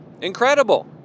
Incredible